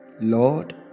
Lord